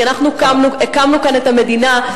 כי אנחנו הקמנו כאן את המדינה,